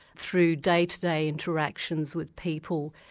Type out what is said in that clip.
through day-to-day interactions with people,